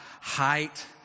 height